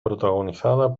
protagonizada